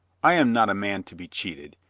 i am not a man to be cheated.